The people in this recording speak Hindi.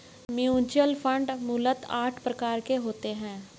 म्यूच्यूअल फण्ड मूलतः आठ प्रकार के होते हैं